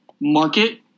market